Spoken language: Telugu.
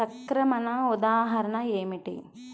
సంక్రమణ ఉదాహరణ ఏమిటి?